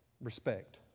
respect